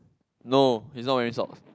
no he's not wearing socks